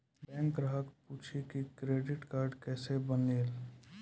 Bank ग्राहक पुछी की क्रेडिट कार्ड केसे बनेल?